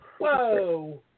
whoa